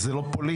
וזה לא פוליטי,